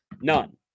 none